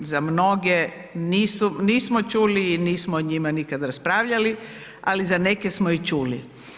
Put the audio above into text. Za mnoge nisu, nismo čuli i nismo o njima nikada raspravljali, ali za neke smo i čuli.